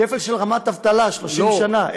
שפל של רמת האבטלה ב-30 שנה.